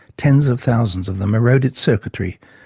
tens of thousands of them, erode its circuitry,